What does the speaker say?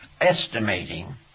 estimating